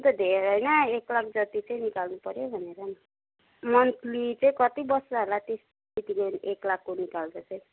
म त धेर होइन एक लाख जति चाहिँ निकाल्नु पऱ्यो भनेर नि मन्थली चाहिँ कति बस्छ होला ते त्यति एक लाख को निकाल्दा चाहिँ